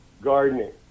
gardening